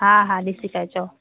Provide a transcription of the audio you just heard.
हा हा ॾिसी त अचो